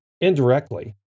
indirectly